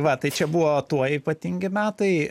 va tai čia buvo tuo ypatingi metai